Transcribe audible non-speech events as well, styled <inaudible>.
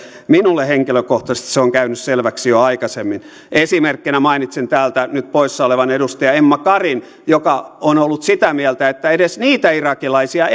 minulle henkilökohtaisesti se on käynyt selväksi jo aikaisemmin esimerkkeinä mainitsen täältä nyt poissa olevan edustaja emma karin joka on ollut sitä mieltä että edes niitä irakilaisia <unintelligible>